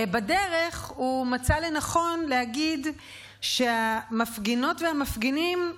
בדרך הוא מצא לנכון להגיד שהמפגינות והמפגינים,